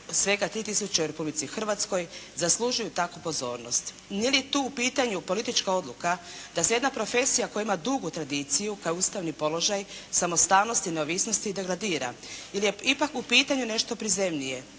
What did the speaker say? svega 3 tisuće u Republici Hrvatskoj zaslužuju takvu pozornost? Nije li tu u pitanju politička odluka da se jedna profesija koja ima dugu tradiciju kao Ustavni položaj samostalnosti i neovisnost degradira ili je ipak u pitanju nešto prizemnije?